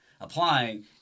applying